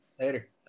later